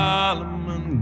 Solomon